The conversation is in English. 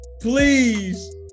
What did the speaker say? please